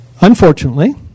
Unfortunately